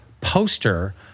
Poster